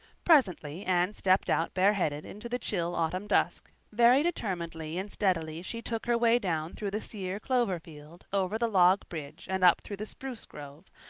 presently anne stepped out bareheaded into the chill autumn dusk very determinedly and steadily she took her way down through the sere clover field over the log bridge and up through the spruce grove,